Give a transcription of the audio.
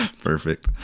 Perfect